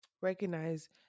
recognize